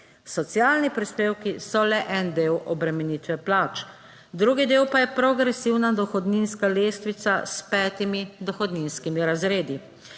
Socialni prispevki so le en del obremenitve plač, drugi del pa je progresivna dohodninska lestvica s petimi dohodninskimi razredi.